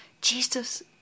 Jesus